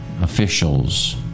officials